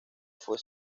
fue